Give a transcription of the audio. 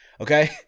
Okay